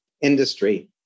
industry